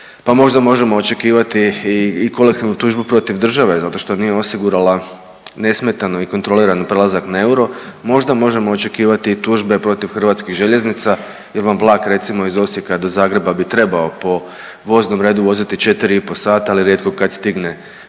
možda možemo očekivati i kolektivnu tužbu protiv države zato što nije osigurala nesmetano i kontrolirani prelazak na euro. Možda možemo očekivati i tužbe protiv Hrvatskih željeznica jer vam vlak recimo iz Osijeka do Zagreba bi trebao po voznom redu voziti 4,5 sata, ali rijetko kad stigne